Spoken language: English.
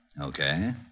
Okay